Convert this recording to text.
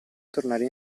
tornare